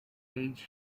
age